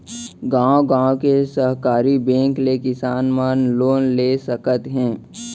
गॉंव गॉंव के सहकारी बेंक ले किसान मन लोन ले सकत हे